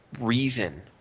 reason